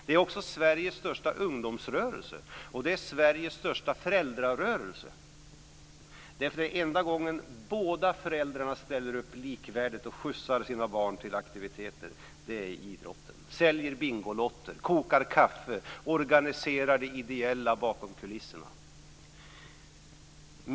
Det är också Sveriges största ungdomsrörelse. Och det är Sveriges största föräldrarörelse, därför att enda gången som båda föräldrarna ställer upp likvärdigt och skjutsar sina barn till aktiviteter är när det handlar om idrotten. De säljer bingolotter, kokar kaffe och organiserar det ideella bakom kulisserna.